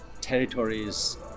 territories